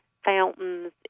fountains